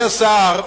השר,